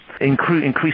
increase